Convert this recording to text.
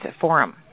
forum